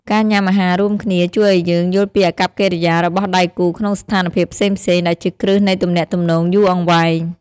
ការញ៉ាំអាហាររួមគ្នាជួយឱ្យយើងយល់ពីអាកប្បកិរិយារបស់ដៃគូក្នុងស្ថានភាពផ្សេងៗ ដែលជាគ្រឹះនៃទំនាក់ទំនងយូរអង្វែង។